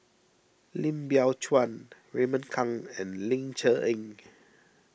Lim Biow Chuan Raymond Kang and Ling Cher Eng